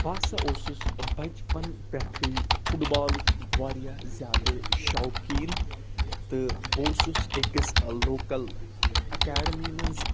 بہٕ ہسَا اوسُس بَچپَن پٮ۪ٹھٕے فُٹ بالُک واریاہ زیادٕ شَوقیٖن تہٕ بہٕ اوسُس أکِس لوکَل اَکیڈمی منٛز